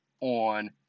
on